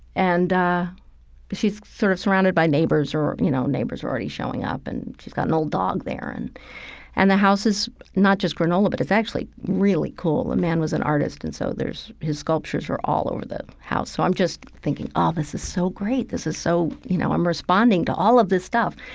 and she's sort of surrounded by neighbors or, or, you know, neighbors are already showing up. and she's got an old dog there. and and the house is not just granola, but it's actually really cool. the man was an artist and so there's his sculptures were all over the house so i'm just thinking, oh, ah this is so great. this is so, you know, i'm responding to all of this stuff.